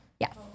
yes